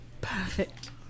Perfect